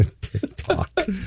TikTok